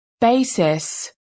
basis